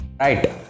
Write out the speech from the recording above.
Right